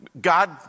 God